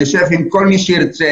נשב עם כל מי שירצה,